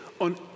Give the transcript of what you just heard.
on